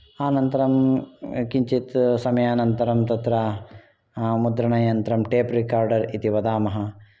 अनन्तरं किञ्चित् समयानन्तरं तत्र मुद्रणयन्त्रं टेप्रिकोर्डर् इति वदामः